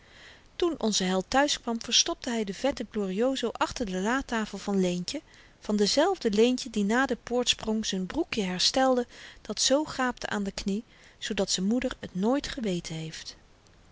toen onze held thuiskwam verstopte hy den vetten glorioso achter de latafel van leentje van dezelfde leentje die na den poortsprong z'n broekje herstelde dat zoo gaapte aan de knie zoodat z'n moeder t nooit geweten heeft